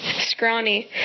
scrawny